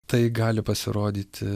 tai gali pasirodyti